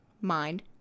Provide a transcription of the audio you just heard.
mind